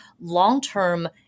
long-term